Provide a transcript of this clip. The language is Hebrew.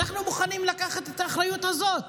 אנחנו מוכנים לקחת את האחריות הזאת.